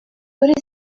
what